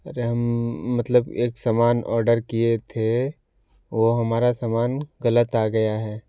अरे मतलब हम एक सामान ऑर्डर किये थे वो हमारा सामान गलत आ गया है